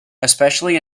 especially